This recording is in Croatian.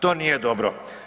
To nije dobro.